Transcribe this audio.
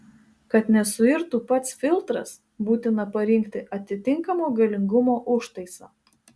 kad nesuirtų pats filtras būtina parinkti atitinkamo galingumo užtaisą